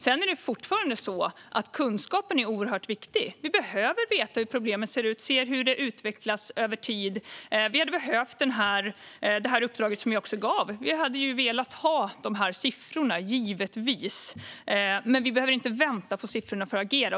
Sedan är det fortfarande så att kunskapen är oerhört viktig. Vi behöver veta hur problemet ser ut och se hur det utvecklas över tid. Vi hade behövt den kartläggning som uppdraget innebar. Vi hade givetvis velat ha siffrorna, men vi behöver inte vänta på dem för att agera.